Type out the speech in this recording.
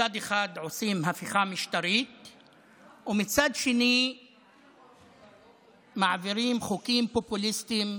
מצד אחד עושים הפיכה משטרית ומצד שני מעבירים חוקים פופוליסטיים,